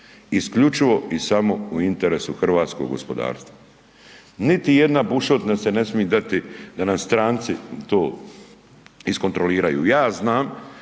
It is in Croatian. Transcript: Isključivo i samo u interesu hrvatskog gospodarstva. Niti jedna bušotina se ne smije dati da nam stranci to iskontroliraju. Ja znam